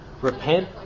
repent